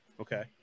Okay